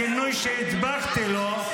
תודה שאת מזכירה לי את הכינוי שהדבקתי לו,